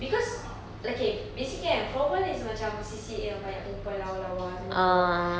because okay basically kan floorball is macam C_C_A yang banyak perempuan lawa lawa semua